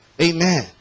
amen